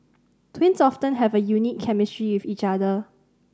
twins often have a unique chemistry with each other